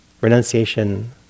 renunciation